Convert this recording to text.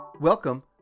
Welcome